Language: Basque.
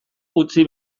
utzi